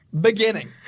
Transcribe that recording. beginning